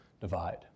divide